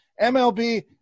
MLB